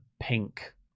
pink